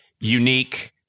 unique